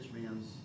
man's